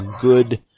good –